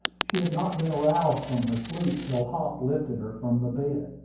she had not been aroused from her sleep till hop lifted her from the bed.